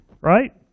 Right